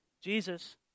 Jesus